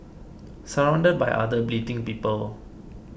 surrounded by other bleating people